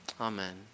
Amen